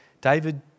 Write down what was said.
David